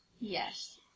Yes